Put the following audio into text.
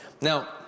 Now